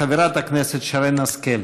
חברת הכנסת שרן השכל.